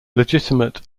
legitimate